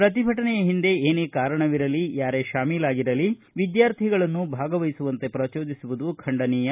ಪ್ರತಿಭಟನೆಯ ಹಿಂದೆ ಏನೇ ಕಾರಣವಿರಲಿ ಯಾರೇ ಶಾಮೀಲಾಗಿರಲಿ ವಿದ್ಯಾರ್ಥಿಗಳನ್ನು ಭಾಗವಹಿಸುವಂತೆ ಪ್ರಜೋದಿಸುವುದು ಖಂಡನೀಯ